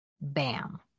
Bam